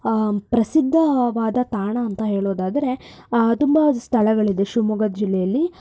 ಪ್ರಸಿದ್ದವಾದ ತಾಣ ಅಂತ ಹೇಳೋದಾದ್ರೆ ತುಂಬ ಸ್ಥಳಗಳಿದೆ ಶಿವಮೊಗ್ಗ ಜಿಲ್ಲೆಯಲ್ಲಿ